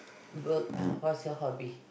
work what's your hobby